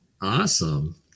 Awesome